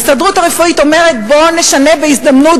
ההסתדרות הרפואית אומרת: בואו נשנה בהזדמנות